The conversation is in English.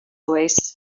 oasis